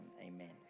amen